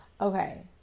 Okay